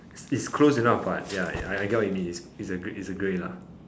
it's close enough what ya I get what you mean it's a it's a grey lah